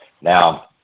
now